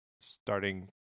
starting